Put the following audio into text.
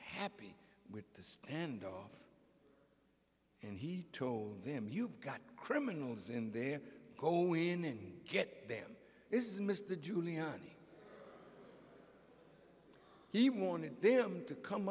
happy with the standoff and he told him you've got criminals in there go in and get them this is mr giuliani he wanted them to come